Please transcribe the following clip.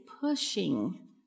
pushing